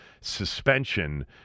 suspension